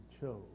chose